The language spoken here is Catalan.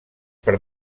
per